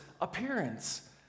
appearance